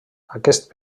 aquest